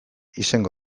izango